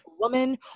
woman